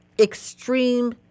extreme